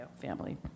family